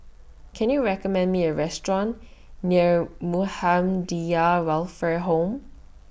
Can YOU recommend Me A Restaurant near Muhammadiyah Welfare Home